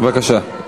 מה הצביעות?